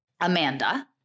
amanda